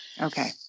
Okay